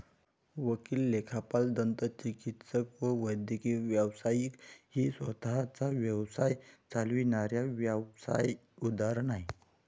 वकील, लेखापाल, दंतचिकित्सक व वैद्यकीय व्यावसायिक ही स्वतः चा व्यवसाय चालविणाऱ्या व्यावसाय उदाहरण आहे